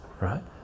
right